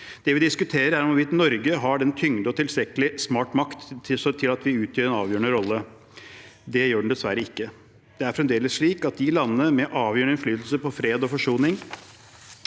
vi diskuterer, er hvorvidt Norge har tyngde og tilstrekkelig smart makt til at vi spiller en avgjørende rolle. Det har vi dessverre ikke. Det er fremdeles slik at landene med avgjørende innflytelse på fred og forsoning